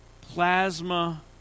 plasma